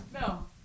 No